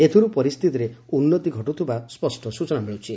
ଏଥିରୁ ପରିସ୍ଥିତିରେ ଉନ୍ନତି ଘଟୁଥିବାର ସ୍ୱଷ୍ଟ ସୂଚନା ମିଳୁଛି